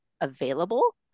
available